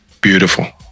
beautiful